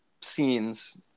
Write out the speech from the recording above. scenes